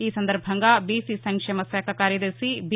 ఈ సందర్బంగా బీసీ సంక్షేమ శాఖ కార్యదర్శి బి